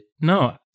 No